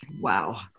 Wow